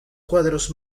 cuadros